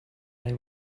they